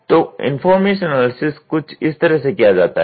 तो information analysis कुछ इस तरह से किया जाता है